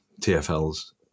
TFL's